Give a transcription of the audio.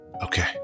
Okay